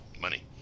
money